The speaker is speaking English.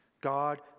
God